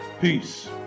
Peace